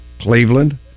Cleveland